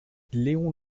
léon